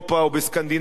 או בסקנדינביה,